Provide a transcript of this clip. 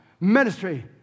ministry